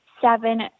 seven